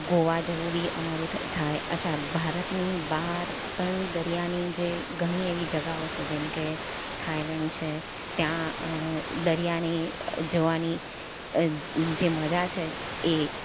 ગોવા જવું બી અમારું થયું હતું થાય અચ્છા ભારતની બહાર પણ દરિયાની જે ઘણી એવી જગ્યાઓ છે જેમ કે થાઈલેન્ડ છે ત્યાં દરિયાની જોવાની જે મજા છે એ